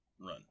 run